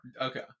okay